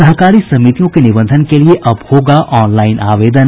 सहकारी समितियों के निबंधन के लिए अब होगा ऑनलाईन आवेदन